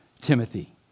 Timothy